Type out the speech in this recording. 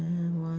then want